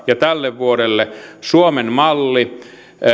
ja tälle vuodelle suomen malli